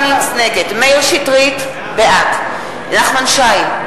מאיר שטרית, בעד נחמן שי,